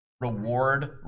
Reward